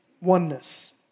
oneness